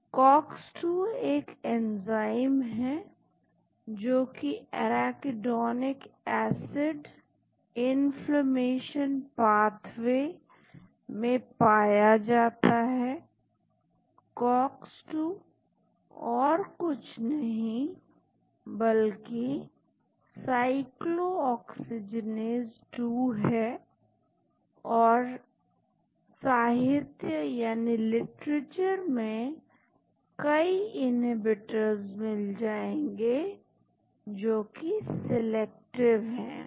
COX 2 एक enzyme है जो कि इराकीडोनिक एसिड इन्फ्लेमेशन पाथवे में पाया जाता है COX 2 और कुछ नहीं बल्कि साइक्लोऑक्सीजीनेस 2 है और साहित्य यानी लिटरेचर में कई इनहीबीटर्स मिल जाएंगे जो कि सिलेक्टिव है